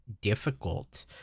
difficult